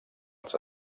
als